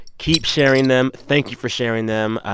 keep sharing them. thank you for sharing them.